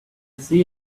see